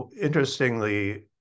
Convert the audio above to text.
interestingly